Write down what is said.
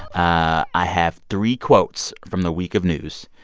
ah i have three quotes from the week of news.